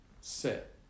sit